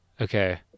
okay